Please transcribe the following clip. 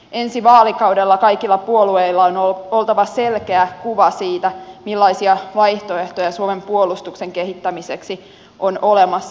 ensi vaalikaudella kaikilla puolueilla on oltava selkeä kuva siitä millaisia vaihtoehtoja suomen puolustuksen kehittämiseksi on olemassa